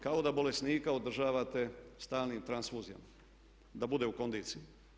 Kao da bolesnika održavate stalnim transfuzijama da bude u kondiciji.